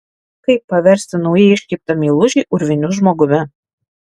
kaip paversti naujai iškeptą meilužį urviniu žmogumi